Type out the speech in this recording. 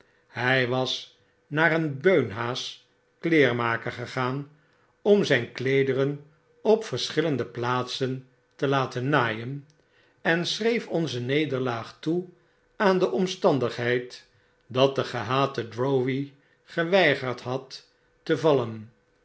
hij was naar een beunhaas kleermaker gegaan om zyn kleederen op verschillende plaatsen te laten naaien en schreef onze nederlaag toe aan de omstandigheid dat de gehate drowvey geweigerd had te vallen